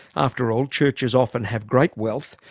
after all, churches often have great wealth,